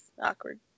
awkward